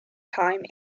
time